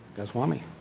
goswami.